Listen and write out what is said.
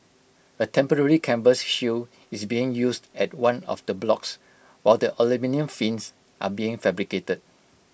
A temporary canvas shield is being used at one of the blocks while the aluminium fins are being fabricated